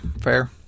fair